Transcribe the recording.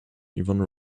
yvonne